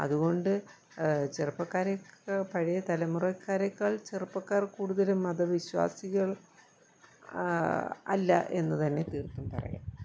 അതുകൊണ്ട് ചെറുപ്പക്കാരൊക്കെ പഴയ തലമുറക്കാരേക്കാൾ ചെറുപ്പക്കാർ കൂടുതലും മതവിശ്വാസികൾ അല്ല എന്ന് തന്നെ തീർത്തും പറയാം